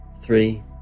three